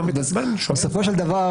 קודם כול,